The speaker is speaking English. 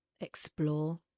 Explore